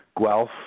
Guelph